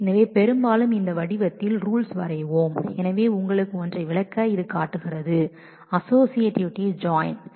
எனவே பெரும்பாலும் இந்த வடிவத்தில் ரூல்ஸ் வரைவோம் எனவே உங்களுக்கு ஒன்றை விளக்க இது அஸோஸியேட்டிவிட்டி ஜாயின் என்பதை காட்டுகிறது